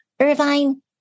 Irvine